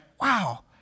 wow